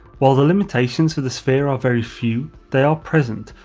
while the limitations for the sphere are very few, they are present,